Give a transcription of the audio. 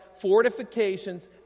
fortifications